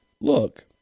look